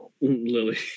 Lily